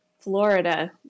Florida